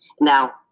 Now